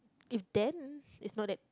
if then it's not that